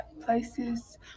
places